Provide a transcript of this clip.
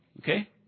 okay